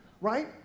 right